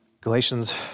Galatians